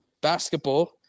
basketball